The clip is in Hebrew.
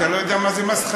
אתה לא יודע מה זה מסחרה?